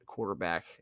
quarterback